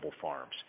farms